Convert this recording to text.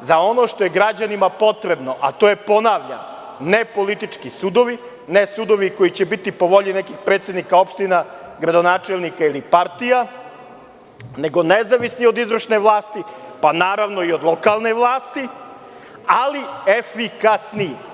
za ono što je građanima potrebno, a to je, ponavljam, ne politički sudovi, ne sudovi koji će biti po volji nekih predsednika opština, gradonačelnika ili partija, nego nezavisni od izvršne vlasti, pa naravno i od lokalne vlasti, ali efikasniji.